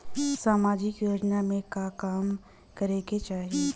सामाजिक योजना में का काम करे के चाही?